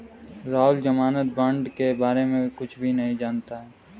राहुल ज़मानत बॉण्ड के बारे में कुछ भी नहीं जानता है